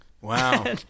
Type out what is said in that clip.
Wow